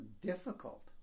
difficult